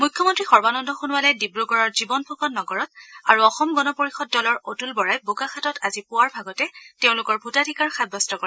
মুখ্যমন্ত্ৰী সৰ্বানন্দ সোণোৱালে ডিব্ৰুগড়ৰ জীৱন ফুকন নগৰত আৰু অসম গণ পৰিষদ দলৰ অতুল বৰাই বোকাখাতত আজি পুৱাৰ ভাগতে তেওঁলোকৰ ভোটাধিকাৰ সাব্যস্ত কৰে